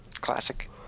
Classic